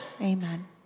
Amen